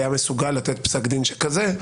היה מסוגל לתת פסק דין שכזה,